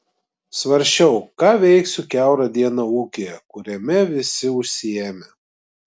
svarsčiau ką veiksiu kiaurą dieną ūkyje kuriame visi užsiėmę